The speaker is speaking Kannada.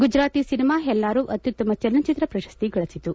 ಗುಜರಾತಿ ಸಿನಿಮಾ ಹೆಲ್ಲಾರೋ ಅತ್ಯುತ್ತಮ ಚಲನಚಿತ್ರ ಪ್ರಶಸ್ತಿ ಗಳಿಸಿತು